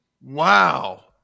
Wow